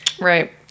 Right